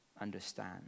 understand